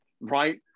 Right